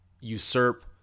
usurp